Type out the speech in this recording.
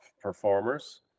performers